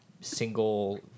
single